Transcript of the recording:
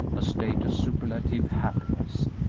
a state of superlative happiness,